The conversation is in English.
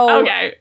okay